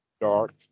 dark